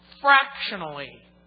fractionally